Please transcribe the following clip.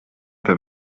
per